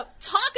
talk